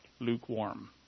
lukewarm